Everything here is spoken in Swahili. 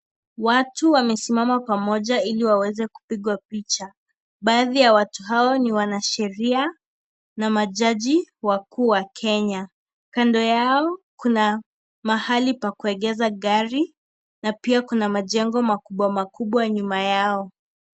Watu wamesimama pamoja hili waweze kupinwa picha , baadhi ya watu hawa ni wanasheria na majaji wakuu wa Kenya kando yao kuna mahali pa kueghesha gari na pia kuna majengo makubwa makubwa nyuma yao.